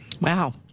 Wow